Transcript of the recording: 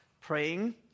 praying